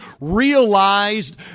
realized